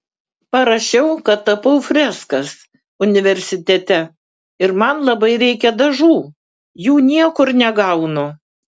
parašiau kad tapau freskas universitete ir man labai reikia dažų jų niekur negaunu